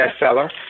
bestseller